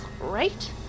right